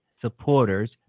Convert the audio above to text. supporters